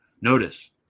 Notice